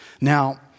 Now